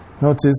notice